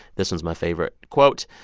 this one's my favorite. quote,